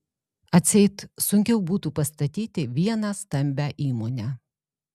atseit sunkiau būtų pastatyti vieną stambią įmonę